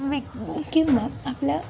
विकू किंवा आपल्या